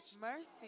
Mercy